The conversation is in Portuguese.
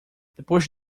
depois